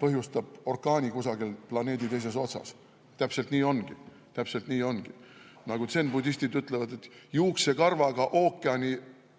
põhjustab orkaani kusagil planeedi teises otsas. Täpselt nii ongi, täpselt nii ongi. Nagu zen-budistid ütlevad: juuksekarvaga ookeanilaine